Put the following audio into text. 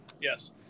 Yes